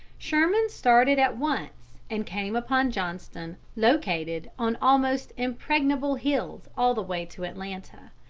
sherman started at once, and came upon johnston located on almost impregnable hills all the way to atlanta.